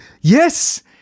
Yes